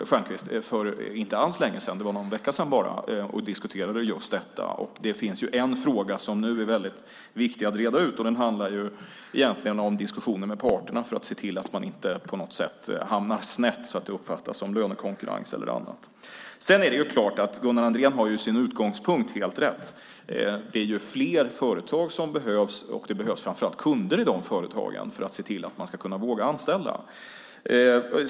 För inte alls länge sedan - för bara någon vecka sedan - pratade jag med Lasse Stjernkvist. Vi diskuterade då just detta. En fråga som det nu är väldigt viktigt att reda ut handlar egentligen om diskussionen med parterna för att se till att man inte på något sätt hamnar snett och det uppfattas som exempelvis lönekonkurrens. Gunnar Andrén har helt rätt utgångspunkt. Fler företag behövs. Framför allt behövs det kunder i de företagen så att man vågar anställa.